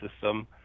system